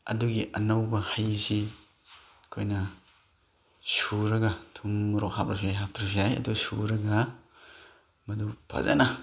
ꯑꯗꯨꯒꯤ ꯑꯅꯧꯕ ꯍꯩꯁꯤ ꯑꯩꯈꯣꯏꯅ ꯁꯨꯔꯒ ꯊꯨꯝ ꯃꯣꯔꯣꯛ ꯍꯥꯞꯂꯁꯨ ꯌꯥꯏ ꯍꯥꯞꯇ꯭ꯔꯁꯨ ꯌꯥꯏ ꯑꯗꯨ ꯁꯨꯔꯒ ꯃꯗꯨ ꯐꯖꯅ